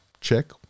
check